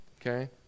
Okay